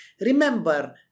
Remember